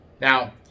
now